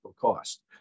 cost